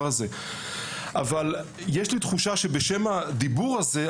אבל יש לי תחושה שבשם הדיבור הזה,